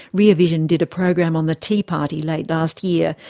rear vision did a program on the tea party late last year.